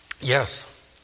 Yes